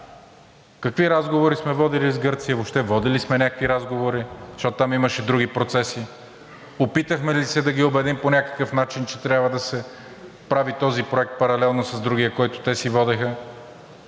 Какви разговори сме водили с Гърция? Въобще водили ли сме някакви разговори? Защото там имаше други процеси. Опитахме ли се да ги убедим по някакъв начин, че трябва да се прави този проект паралелно с другия, който те си водеха?